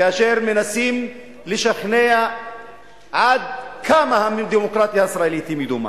כאשר מנסים לשכנע עד כמה הדמוקרטיה הישראלית היא מדומה.